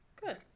Good